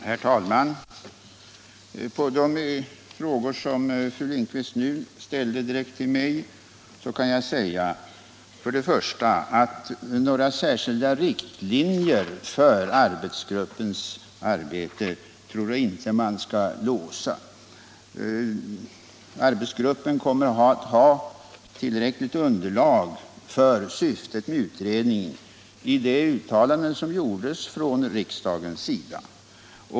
Herr talman! På de frågor som fru Lindquist nu ställde direkt till mig kan jag svara följande. Jag tror inte att man skall låsa arbetsgruppen vid några särskilda riktlinjer. Arbetsgruppen kommer att ha tillräckligt underlag när det gäller syftet med utredningen i de uttalanden som gjordes från riksdagens sida.